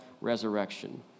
resurrection